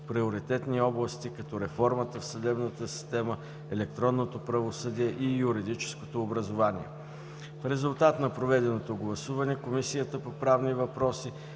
приоритетни области, като реформата в съдебната система, електронното правосъдие и юридическото образование. В резултат на проведеното гласуване Комисията по правни въпроси